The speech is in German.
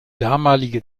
damalige